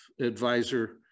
advisor